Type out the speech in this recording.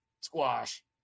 squash